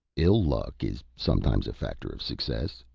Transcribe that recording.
ill-luck is sometimes a factor of success,